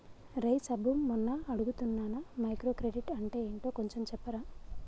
రేయ్ సబ్బు మొన్న అడుగుతున్నానా మైక్రో క్రెడిట్ అంటే ఏంటో కొంచెం చెప్పరా